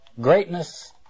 Greatness